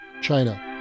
China